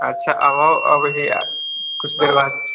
अच्छा हमहुँ अबै हीय कुछ देर बाद